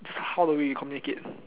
is how we communicate